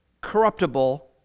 corruptible